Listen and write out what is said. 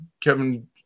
Kevin